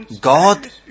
God